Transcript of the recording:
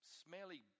smelly